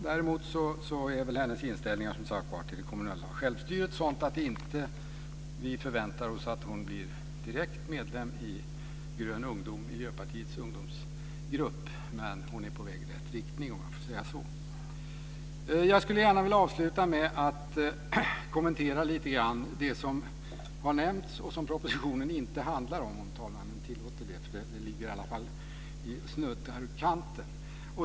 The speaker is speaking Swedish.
Däremot är hennes inställning till det kommunala självstyret sådant att vi inte förväntar oss att hon blir direkt medlem i Grön ungdom, Miljöpartiets ungdomsgrupp. Men hon är på väg i rätt riktning. Jag skulle gärna vilja avsluta med att kommentera lite grann det som har nämnts men som propositionen inte handlar om - om talmannen tillåter det, eftersom det snuddar i kanten.